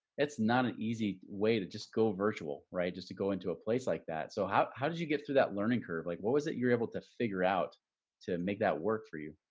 it's not an easy way to just go virtual. right? just to go into a place like that. so how how did you get through that learning curve? like what was it you were able to figure out to make that work for you?